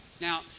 Now